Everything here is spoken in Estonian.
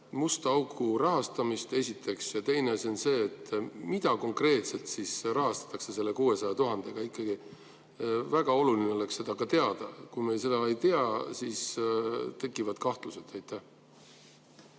musta auku rahastamist? Ja teine asi on see: mida konkreetselt siis rahastatakse selle 600 000 euroga? Ikkagi väga oluline oleks seda ka teada. Kui me seda ei tea, siis tekivad kahtlused. Aitäh,